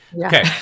Okay